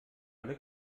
alle